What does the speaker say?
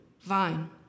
vine